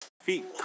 feet